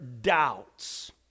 doubts